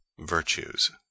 virtues